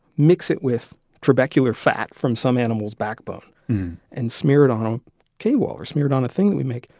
mix it with trabecular fat from some animal's backbone and smear it a home k wall or smear it on a thing that we make,